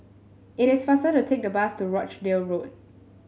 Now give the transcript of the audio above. it is faster to take the bus to Rochdale Road